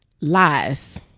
Lies